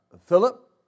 Philip